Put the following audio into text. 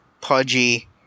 pudgy